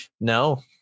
No